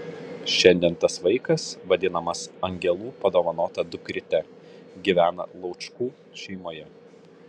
šiandien tas vaikas vadinamas angelų padovanota dukryte gyvena laučkų šeimoje